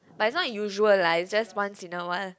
but it's not usual lah it's just once in a while